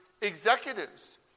executives